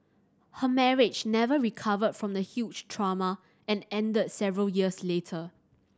her marriage never recovered from the huge trauma and ended several years later